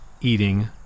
eating